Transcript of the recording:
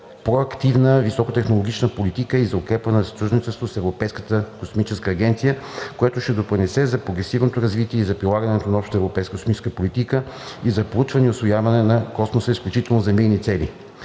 проактивна високотехнологична политика и за укрепване на сътрудничеството с Европейската космическа агенция, което ще допринесе за прогресивното развитие и за прилагането на общата европейска космическа политика и за проучване и усвояване на Космоса изключително за мирни цели.